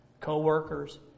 co-workers